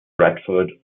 bradford